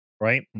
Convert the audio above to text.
Right